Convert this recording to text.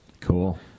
Cool